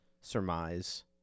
surmise